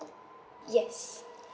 yes